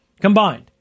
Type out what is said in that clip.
combined